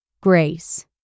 grace